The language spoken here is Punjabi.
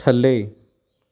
ਥੱਲੇ